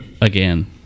again